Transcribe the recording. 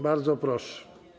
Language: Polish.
Bardzo proszę.